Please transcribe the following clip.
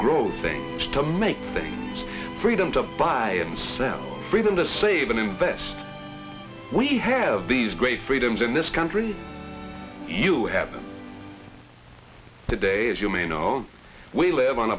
grow things to make things freedom to buy and sell freedom to save and invest we have these great freedoms in this country you have today as you may know we live on